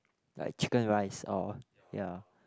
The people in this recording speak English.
like Chicken Rice or ya